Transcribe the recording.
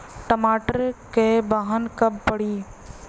टमाटर क बहन कब पड़ी?